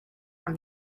from